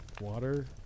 water